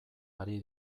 ari